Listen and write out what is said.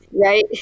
right